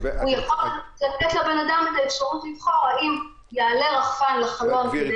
הוא יכול לתת לאדם את האפשרות לבחור האם יעלה רחפן לחלון כדי